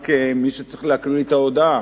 רק כמי שצריך להקריא את ההודעה,